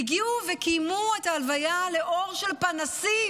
והגיעו וקיימו את ההלוויה לאור של פנסים,